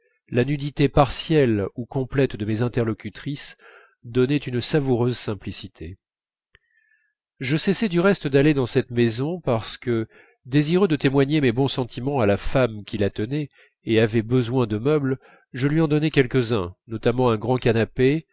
la nudité partielle ou complète de mes interlocutrices donnait une savoureuse simplicité je cessai du reste d'aller dans cette maison parce que désireux de témoigner mes bons sentiments à la femme qui la tenait et avait besoin de meubles je lui en donnai quelques-uns notamment un grand canapé